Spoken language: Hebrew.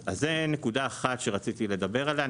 זו נקודה אחת שרציתי לדבר עליה.